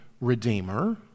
Redeemer